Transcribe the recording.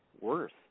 worse